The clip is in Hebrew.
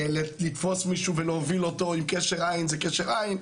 ולתפוס מישהו ולהוביל אותו עם קשר עין זה קשר עין,